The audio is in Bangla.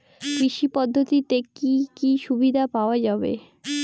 কৃষি পদ্ধতিতে কি কি সুবিধা পাওয়া যাবে?